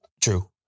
True